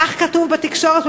כך כתוב בתקשורת.